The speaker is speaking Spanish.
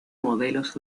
modelos